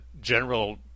general